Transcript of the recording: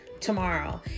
tomorrow